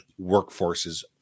workforces